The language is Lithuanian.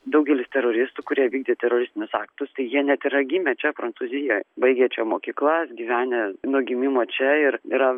daugelis teroristų kurie vykdė teroristinius aktus tai jie net yra gimę čia prancūzijoj baigė čia mokyklas gyvenę nuo gimimo čia ir yra